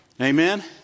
amen